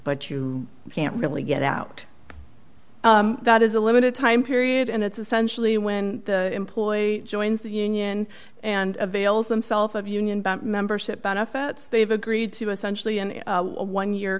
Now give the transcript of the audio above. but you can't really get out that is a limited time period and it's essentially when the employee joins the union and avail themselves of union membership benefits they've agreed to essentially in a one year